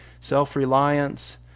self-reliance